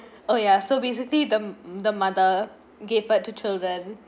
oh ya so basically the the mother gave birth to children